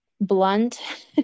blunt